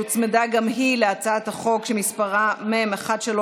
גם היא הוצמדה להצעת החוק שמספרה מ/1368.